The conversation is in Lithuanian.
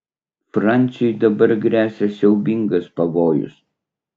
fransiui dabar gresia siaubingas pavojus